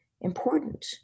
important